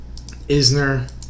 Isner